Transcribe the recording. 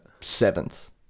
Seventh